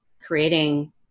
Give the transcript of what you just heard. creating